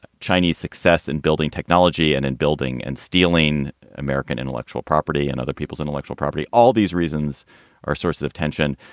chinese success in building technology and in building and. feeling american intellectual property and other people's intellectual property. all these reasons are a source of tension.